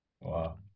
Wow